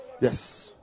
yes